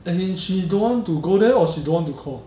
as in she don't want to go there or she don't want to call